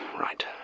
right